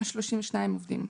32 עובדים.